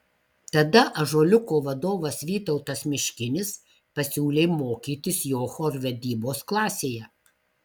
tada ąžuoliuko vadovas vytautas miškinis pasiūlė mokytis jo chorvedybos klasėje